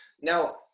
Now